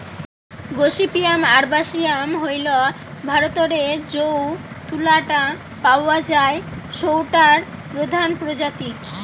gossypium আরবাসিয়াম হইল ভারতরে যৌ তুলা টা পাওয়া যায় সৌটার প্রধান প্রজাতি